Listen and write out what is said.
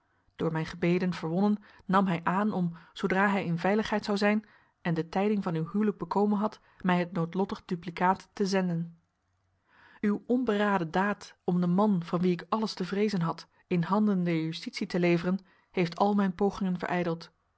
door mijn gebeden verwonnen nam hij aan om zoodra hij in veiligheid zou zijn en de tijding van uw huwelijk bekomen had mij het noodlottig duplicaat te zenden uw onberaden daad om den man van wien ik alles te vreezen had in handen der justitie te leveren heeft al mijn pogingen verijdeld